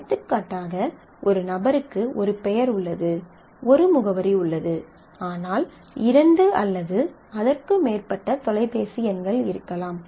எடுத்துக்காட்டாக ஒரு நபருக்கு ஒரு பெயர் உள்ளது ஒரு முகவரி உள்ளது ஆனால் இரண்டு அல்லது அதற்கு மேற்பட்ட தொலைபேசி எண்கள் இருக்கலாம்